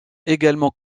également